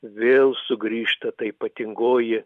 vėl sugrįžta ta ypatingoji